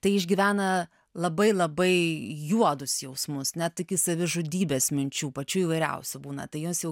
tai išgyvena labai labai juodus jausmus net iki savižudybės minčių pačių įvairiausių būna tai jūs jau